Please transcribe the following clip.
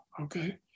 okay